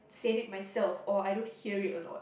said it myself or I don't hear it a lot